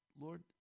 Lord